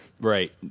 Right